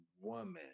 Woman